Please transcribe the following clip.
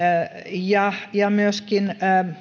ja ja myöskin